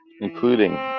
including